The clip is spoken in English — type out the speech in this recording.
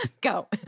Go